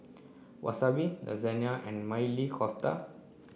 Wasabi Lasagne and Maili Kofta